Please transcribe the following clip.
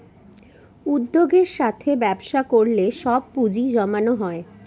উদ্যোগের সাথে ব্যবসা করলে সব পুজিঁ জমানো হয়